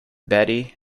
betty